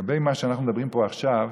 לגבי מה שאנחנו מדברים פה עכשיו,